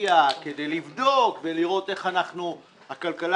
לטורקיה כדי לבדוק ולראות איך הכלכלה